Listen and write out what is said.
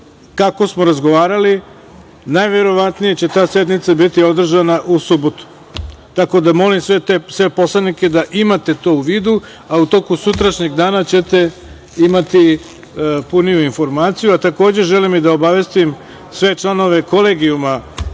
Kako smo razgovarali, najverovatnije će ta sednica biti održana u subotu, tako da molim sve poslanike da imate to u vidu, a u toku sutrašnjeg dana ćete imati puniju informaciju. Takođe želim da obavestim sve članove Kolegijuma